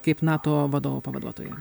kaip nato vadovo pavaduotojui